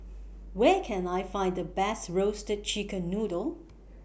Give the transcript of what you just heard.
Where Can I Find The Best Roasted Chicken Noodle